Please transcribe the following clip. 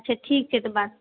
अच्छा ठीक छै त बात